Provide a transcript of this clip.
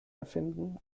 erfinden